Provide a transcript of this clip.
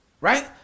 right